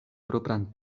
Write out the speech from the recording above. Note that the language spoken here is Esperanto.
propran